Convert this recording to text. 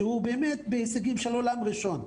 שיש לו הישגים של עולם ראשון.